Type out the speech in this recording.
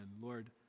Lord